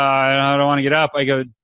i don't want to get up, i go,